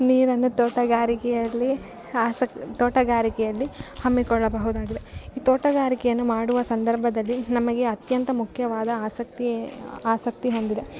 ನೀರನ್ನು ತೋಟಗಾರಿಕೆಯಲ್ಲಿ ಆಸಕ್ತಿ ತೋಟಗಾರಿಕೆಯಲ್ಲಿ ಹಮ್ಮಿಕೊಳ್ಳಬಹುದಾಗಿದೆ ಈ ತೋಟಗಾರಿಕೆಯನ್ನು ಮಾಡುವ ಸಂದರ್ಭದಲ್ಲಿ ನಮಗೆ ಅತ್ಯಂತ ಮುಖ್ಯವಾದ ಆಸಕ್ತಿ ಆಸಕ್ತಿ ಹೊಂದಿದೆ